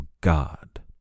God